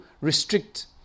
restrict